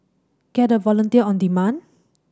get a volunteer on demand